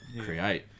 create